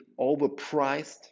overpriced